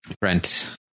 Brent